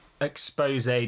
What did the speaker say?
expose